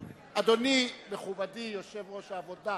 אדוני מכובדי יושב-ראש העבודה,